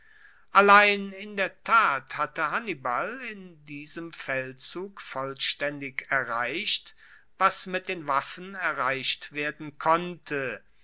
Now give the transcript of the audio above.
allein in der tat hatte hannibal in diesem feldzug vollstaendig erreicht was mit den waffen erreicht werden konnte